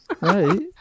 Right